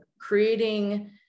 creating